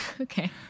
Okay